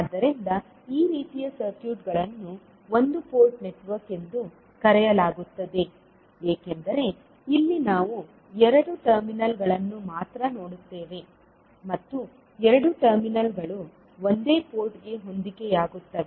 ಆದ್ದರಿಂದ ಈ ರೀತಿಯ ಸರ್ಕ್ಯೂಟ್ಗಳನ್ನು ಒಂದು ಪೋರ್ಟ್ ನೆಟ್ವರ್ಕ್ ಎಂದು ಕರೆಯಲಾಗುತ್ತದೆ ಏಕೆಂದರೆ ಇಲ್ಲಿ ನಾವು ಎರಡು ಟರ್ಮಿನಲ್ಗಳನ್ನು ಮಾತ್ರ ನೋಡುತ್ತೇವೆ ಮತ್ತು ಎರಡು ಟರ್ಮಿನಲ್ಗಳು ಒಂದೇ ಪೋರ್ಟ್ಗೆ ಹೊಂದಿಕೆಯಾಗುತ್ತವೆ